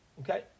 Okay